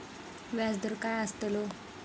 व्याज दर काय आस्तलो?